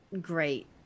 great